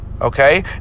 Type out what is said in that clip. Okay